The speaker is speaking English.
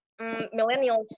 millennials